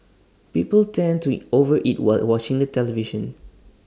people tend to over eat while watching the television